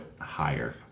higher